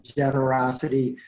generosity